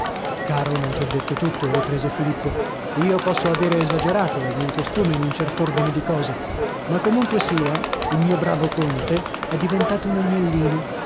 caro non ti ho detto tutto riprese filippo io posso avere esagerato è il mio costume in un cert'ordine di cose ma comunque sia il mio bravo conte è diventato un agnellino